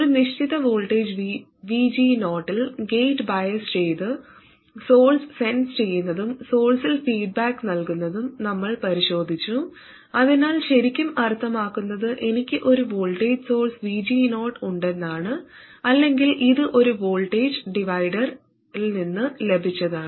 ഒരു നിശ്ചിത voltage VG0 ൽ ഗേറ്റ് ബയാസ് ചെയ്തു സോഴ്സ് സെൻസ് ചെയ്യുന്നതും സോഴ്സിൽ ഫീഡ്ബാക്ക് നൽകുന്നതും നമ്മൾ പരിശോധിച്ചു അതിനാൽ ശരിക്കും അർത്ഥമാക്കുന്നത് എനിക്ക് ഒരു വോൾട്ടേജ് സോഴ്സ് VG0 ഉണ്ടെന്നാണ് അല്ലെങ്കിൽ ഇത് ഒരു വോൾട്ടേജ് ഡിവൈഡറിൽ നിന്ന് ലഭിച്ചതാണ്